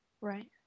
Right